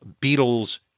Beatles